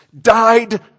died